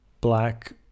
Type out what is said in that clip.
black